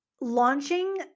Launching